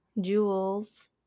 Jewels